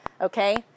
Okay